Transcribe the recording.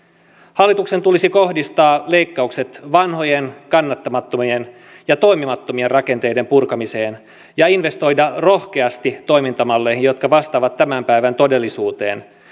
hallituksen tulisi kohdistaa leikkaukset vanhojen kannattamattomien ja toimimattomien rakenteiden purkamiseen ja investoida rohkeasti toimintamalleihin jotka vastaavat tämän päivän todellisuuteen